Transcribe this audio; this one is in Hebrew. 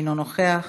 אינו נוכח,